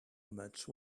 much